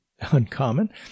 Uncommon